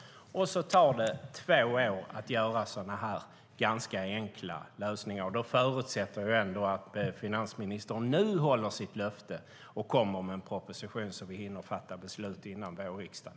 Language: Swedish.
Men sedan tar det två år att genomföra sådana här ganska enkla lösningar. Då förutsätter jag att finansministern nu håller sitt löfte och kommer med en proposition så att vi hinner fatta beslut under vårriksdagen.